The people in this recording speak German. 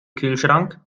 kühlschrank